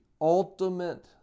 ultimate